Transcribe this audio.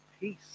peace